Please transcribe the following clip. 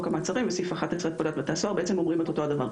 המעצרים וסעיף 11 לפקודת בתי הסוהר בעצם אומרים אותו הדבר.